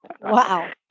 Wow